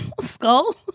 skull